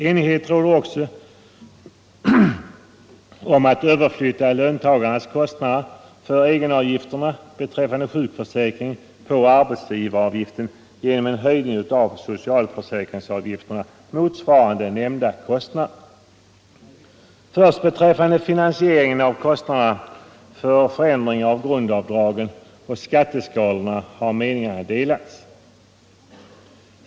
Enighet råder också om att överflytta löntagarnas kostnader för egenavgifterna beträffande sjukförsäkringen på arbetsgivaren genom en höj ning av socialförsäkringsavgifterna motsvarande nämnda kostnader. Först beträffande finansieringen av kostnaderna för förändring av grundavdragen och skatteskalorna har meningarna delats.